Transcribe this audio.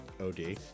OD